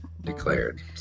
declared